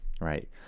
right